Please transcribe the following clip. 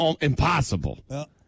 impossible